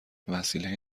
وسیله